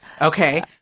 Okay